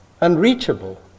unreachable